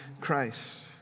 Christ